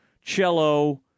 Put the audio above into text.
cello